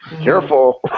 careful